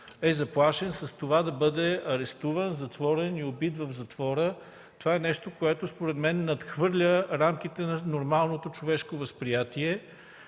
е заплашен да бъде арестуван, затворен и убит в затвора. Това според мен надхвърля рамките на нормалното човешко възприятие.